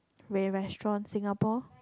ray restaurant Singapore